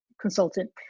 consultant